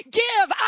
give